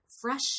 fresh